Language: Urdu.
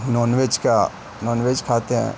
نان ویج کا نان ویج کھاتے ہیں